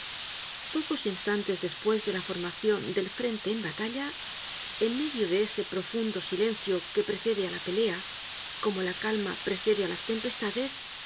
pocos instantes despues de la formacion del frente en batalla en medio de ese profundo silencio que precede á la pelea como la calma precede á las tempestades